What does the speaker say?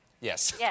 Yes